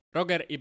Roger